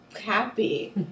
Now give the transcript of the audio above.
happy